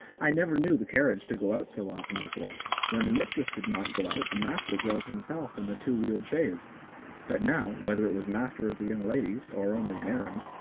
i never knew the carriage to go out so often before when the mistress did not go out the master drove himself in the two-wheeled chaise but now, whether it was master or the young ladies, or only an errand,